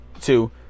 Two